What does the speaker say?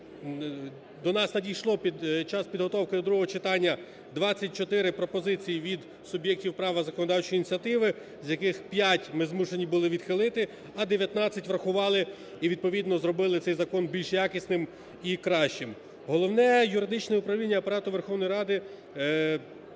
до нас надійшло час підготовки до другого читання 24 пропозицій від суб'єктів права законодавчої ініціативи, з яких 5 ми змушені були відхилити, а 19 врахували і відповідно зробили цей закон більш якісним і кращим. Головне юридичне управління Апарату Верховної Ради